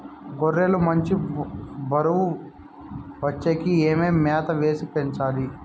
గొర్రె లు మంచి బరువు వచ్చేకి ఏమేమి మేత వేసి పెంచాలి?